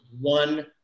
one